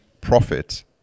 profit